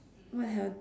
what the hell